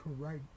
Correct